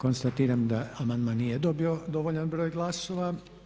Konstatiram da amandman nije dobio dovoljan broj glasova.